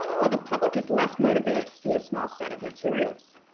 while the public is less motivated to see a small set of materials.